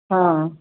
ਹਾਂ